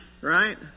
right